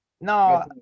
No